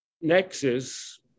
nexus